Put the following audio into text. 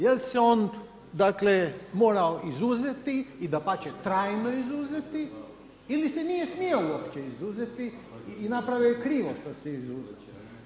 Jel' se on, dakle morao izuzeti i dapače trajno izuzeti ili se nije smio uopće izuzeti i napravio je krivo što se izuzeo.